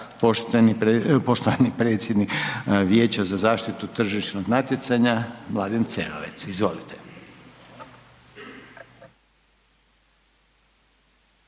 Poštovani predsjednik Vijeća za zaštitu tržišnog natjecanja Mladen Cerovac. Izvolite.